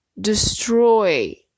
destroy